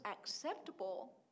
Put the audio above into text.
acceptable